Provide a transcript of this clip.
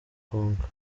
konka